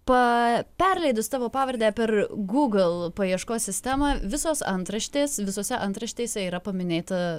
pa perleidus tavo pavardę per google paieškos sistemą visos antraštės visose antraštėse yra paminėta